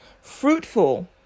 fruitful